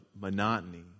monotony